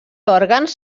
òrgans